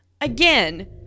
again